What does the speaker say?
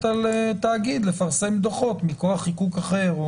על תאגיד לפרסם דוחות מכוח חיקוק אחר.